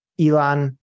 Elon